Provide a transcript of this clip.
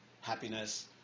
happiness